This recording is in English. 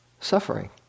suffering